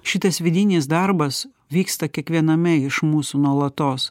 šitas vidinis darbas vyksta kiekviename iš mūsų nuolatos